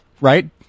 right